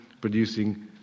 producing